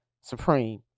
supreme